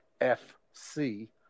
FC